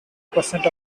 percent